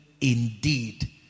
indeed